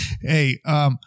Hey